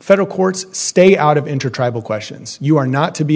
federal courts stay out of intertribal questions you are not to be